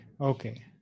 Okay